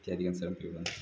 इत्यादिकं सर्वं पिबन्ति